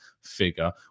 figure